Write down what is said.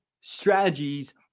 strategies